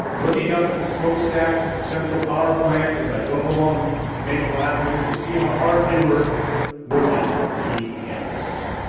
looking up at the smokestacks at the central power plant as i drove along maple avenue to see how hard they were working to heat the campus.